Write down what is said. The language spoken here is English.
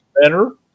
better